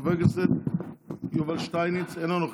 חבר הכנסת יובל שטייניץ, אינו נוכח.